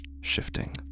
shifting